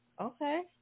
Okay